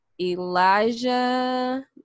Elijah